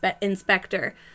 inspector